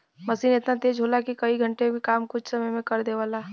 मसीन एतना तेज होला कि कई घण्टे के काम कुछ समय मे कर देवला